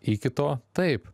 iki to taip